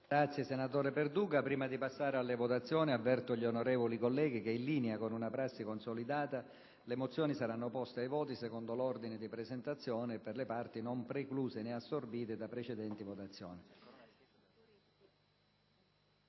ritiro della sua firma. Prima di passare alla votazione delle mozioni, avverto gli onorevoli colleghi che, in linea con una prassi consolidata, le mozioni saranno poste ai voti secondo l'ordine di presentazione e per le parti non precluse né assorbite da precedenti votazioni.